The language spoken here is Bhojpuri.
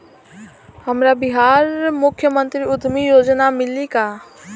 हमरा बिहार मुख्यमंत्री उद्यमी योजना मिली का?